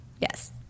Yes